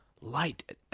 light